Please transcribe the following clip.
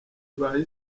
ibaye